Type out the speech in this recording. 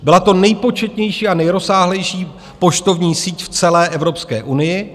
Byla to nejpočetnější a nejrozsáhlejší poštovní síť v celé Evropské unii.